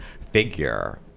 figure